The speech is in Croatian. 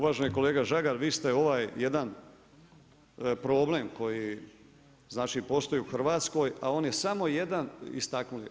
Uvaženi kolega Žagar, vi ste ovaj jedan problem koji znači postoji u Hrvatskoj, a on je samo jedan istaknuli.